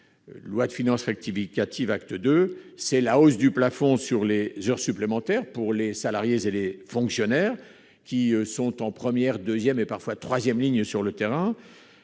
loi de finances rectificative. Je pense à la hausse du plafond concernant les heures supplémentaires pour les salariés et les fonctionnaires qui sont en première, deuxième ou troisième ligne sur le terrain.